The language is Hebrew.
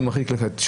זה מרחיק לכת,